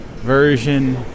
version